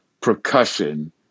percussion